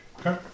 Okay